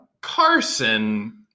Carson